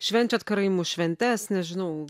švenčiat karaimų šventes nežinau